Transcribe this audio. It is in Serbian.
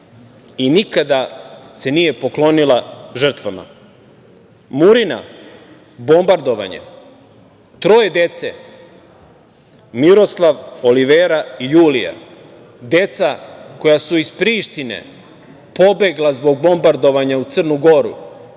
i nikada se nije poklonila žrtvama. Murina, bombardovanje, troje dece - Miroslav, Olivera i Julija, deca koja su iz Prištine pobegla zbog bombardovanja u Crnu Goru